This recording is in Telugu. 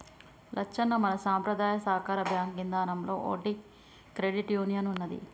లచ్చన్న మన సంపద్రాయ సాకార బాంకు ఇదానంలో ఓటి క్రెడిట్ యూనియన్ ఉన్నదీ